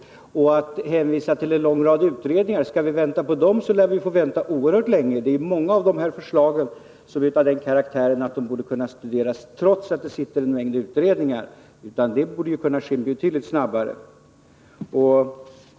Bostadsministern hänvisar till en lång rad utredningar, men skall man vänta på dem lär man få vänta oerhört länge. Det är många av de framförda förslagen som är av den karaktären att de borde kunna studeras trots att det sitter en mängd utredningar — det borde kunna ske betydligt snabbare.